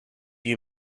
you